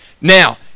Now